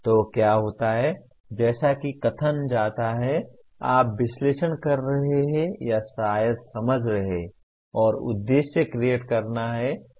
तो क्या होता है जैसा कि कथन जाता है आप विश्लेषण कर रहे हैं या शायद समझ रहे हैं और उद्देश्य क्रिएट करना है